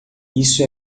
isso